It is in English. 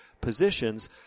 positions